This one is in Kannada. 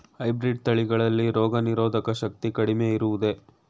ಹೈಬ್ರೀಡ್ ತಳಿಗಳಲ್ಲಿ ರೋಗನಿರೋಧಕ ಶಕ್ತಿ ಕಡಿಮೆ ಇರುವುದೇ?